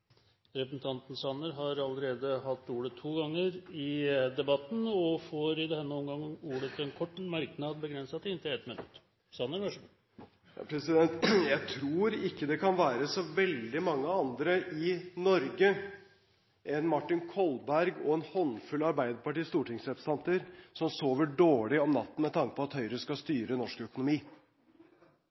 Representanten Jan Tore Sanner har hatt ordet to ganger og får ordet til en kort merknad, begrenset til 1 minutt. Jeg tror ikke det kan være så veldig mange andre i Norge enn Martin Kolberg og en håndfull av Arbeiderpartiets stortingsrepresentanter som sover dårlig om natten med tanke på at Høyre skal styre norsk økonomi.